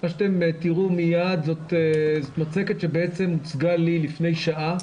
מה שתראו מיד זאת מצגת שבעצם הוצגה לי לפני שעה,